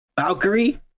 Valkyrie